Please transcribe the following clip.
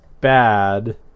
bad